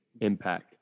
Impact